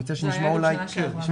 אני מציע שנשמע בקולה,